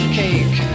cake